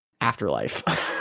afterlife